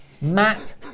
Matt